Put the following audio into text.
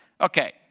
Okay